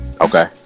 Okay